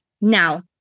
Now